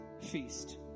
feast